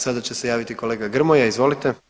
Sada će se javiti kolega Grmoja, izvolite.